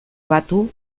batu